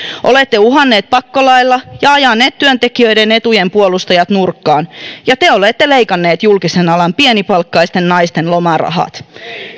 olette uhanneet pakkolaeilla ja ajaneet työntekijöiden etujen puolustajat nurkkaan ja te olette leikanneet julkisen alan pienipalkkaisten naisten lomarahat